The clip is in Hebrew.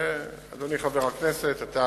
אדוני חבר הכנסת, אתה